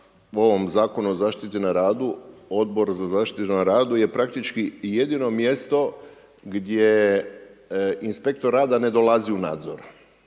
ovom Zakonu o zaštiti na radu, Odbor za zaštitu na radu je praktički jedino mjesto gdje inspektor rada ne dolazi u nadzor.